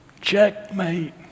Checkmate